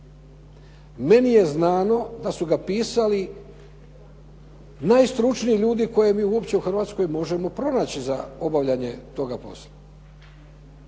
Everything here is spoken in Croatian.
Meni je znamo da su ga pisali najstručniji ljudi koje mi uopće možemo pronaći za obavljanje toga posla.